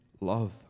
love